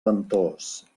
ventós